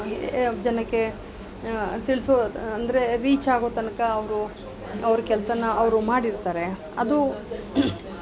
ಜನಕ್ಕೆ ತಿಳಿಸು ಅಂದರೆ ರೀಚ್ ಆಗೋ ತನಕ ಅವರು ಅವ್ರ ಕೆಲಸಾನ ಅವರು ಮಾಡಿರ್ತಾರೆ ಅದು